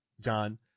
John